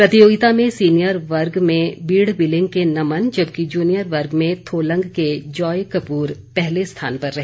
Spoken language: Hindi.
प्रतियोगिता में सीनियर वर्ग में बीड़ बिलिंग के नमन जबकि जूनियर वर्ग में थोलंग के जॉय कपूर पहले स्थान पर रहे